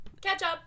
Ketchup